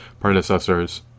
predecessors